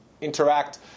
interact